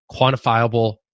quantifiable